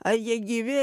ar jie gyvi